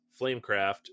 Flamecraft